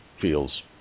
feels